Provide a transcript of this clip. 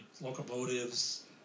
locomotives